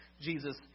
Jesus